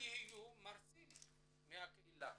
שיהיו גם מרצים מהקהילה.